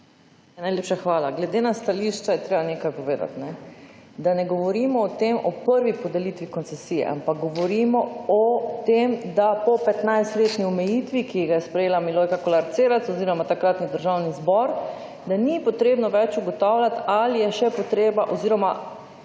Najlepša hvala. Glede na stališča je treba nekaj povedati. Da ne govorimo o tem, o prvi podelitvi koncesije, ampak govorimo o tem, da po 15-letni omejitvi, ki ga je sprejela Milojka Kolar Celarc oziroma takratni Državni zbor, da ni potrebno več ugotavljati ali je še potreba oziroma